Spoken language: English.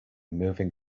moving